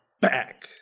back